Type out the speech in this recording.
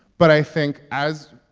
but i think as.